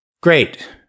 great